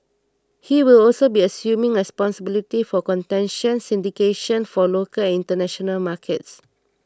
he will also be assuming responsibility for contention Syndication for local international markets